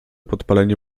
podpalenie